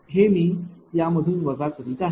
हे मी यामधून वजा करीत आहे